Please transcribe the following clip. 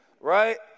right